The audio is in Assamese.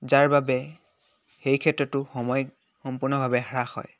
যাৰ বাবে সেই ক্ষেত্ৰতো সময় সম্পূৰ্ণভাৱে হ্ৰাস হয়